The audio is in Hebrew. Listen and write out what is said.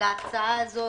להצעה הזאת,